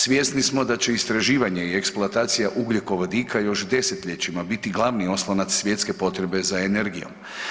Svjesni smo da će istraživanje i eksploatacija ugljikovodika još desetljećima biti glavni oslonac svjetske potrebe za energijom.